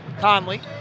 Conley